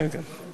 כן, כן.